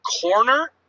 corner